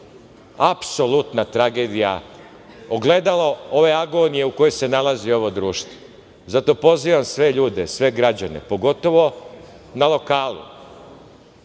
apsolutna tragedija, ogledalo ove agonije u kojoj se nalazi ovo društvo. Zato pozivam sve ljude, sve građane, pogotovo na lokalu,